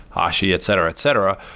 hashi, etc, etc,